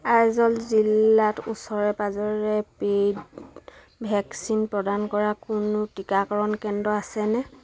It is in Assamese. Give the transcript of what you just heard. আইজল জিলাত ওচৰে পাঁজৰে পেইড ভেকচিন প্ৰদান কৰা কোনো টিকাকৰণ কেন্দ্ৰ আছেনে